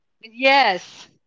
yes